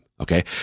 okay